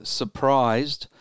surprised